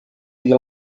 your